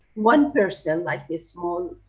one person, like this small,